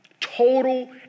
Total